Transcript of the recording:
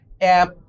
app